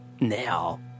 Now